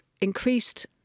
increased